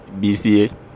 BCA